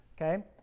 okay